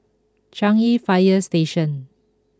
Changi Fire Station